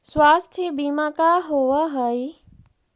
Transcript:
स्वास्थ्य बीमा का होव हइ?